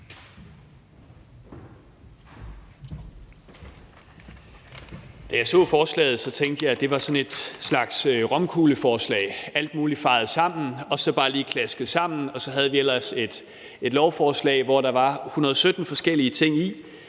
Da jeg så forslaget, tænkte jeg, at det var sådan et slags romkugleforslag: alt muligt fejet sammen og så bare lige klasket sammen, og så havde vi ellers et lovforslag, hvor der var hundrede og